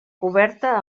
coberta